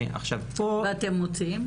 ואתה מוציאים?